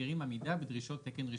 מזכירים עמידה בדרישות תקן רשמי.